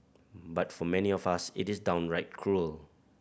but for many of us it is downright cruel